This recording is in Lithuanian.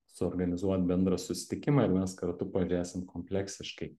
suorganizuot bendrą susitikimą ir mes kartu pažėsim kompleksiškai